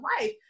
life